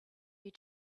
you